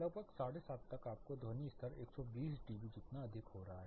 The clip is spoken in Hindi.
लगभग 730 तक आपको ध्वनि स्तर 120 dB जितना अधिक हो रहा है